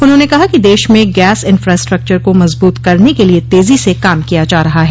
उन्होंने कहा कि देश में गैस इन्फ्रास्टक्चर को मजबूत करने के लिए तेजी से काम किया जा रहा है